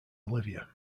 olivia